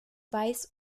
weiß